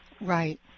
Right